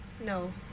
No